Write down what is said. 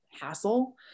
hassle